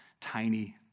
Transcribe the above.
tiny